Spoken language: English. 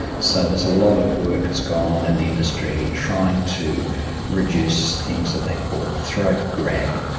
so there's a lot of work has gone on in the industry trying to reduce things that they call throat grab,